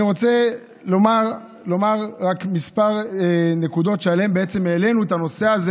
אני רוצה לומר רק כמה נקודות שעליהן בעצם העלינו את הנושא הזה